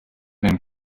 dem